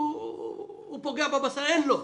הוא פוגע במה שאין לו.